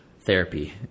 therapy